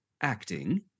acting